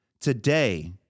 Today